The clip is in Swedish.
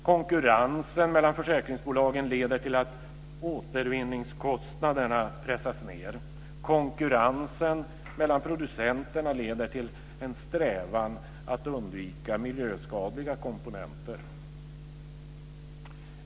Konkurrensen mellan försäkringsbolagen leder till att återvinningskostnaderna pressas ned. Konkurrensen mellan producenterna leder till en strävan att undvika miljöskadliga komponenter.